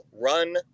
run